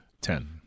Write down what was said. Ten